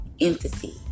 empathy